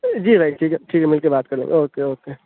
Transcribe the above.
جی بھائی ٹھیک ہے ٹھیک ہے مل کے بات کرلیں گے اوکے اوکے